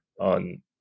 on